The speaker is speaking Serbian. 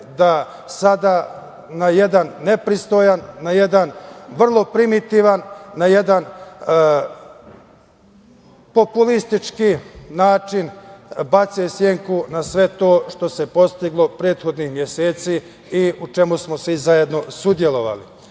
da sada na jedan nepristojan, na jedan vrlo primitivan, na jedan populistički način, bace senku na sve to što se postiglo prethodnih meseci i u čemu smo svi zajedno učestvovali. Zato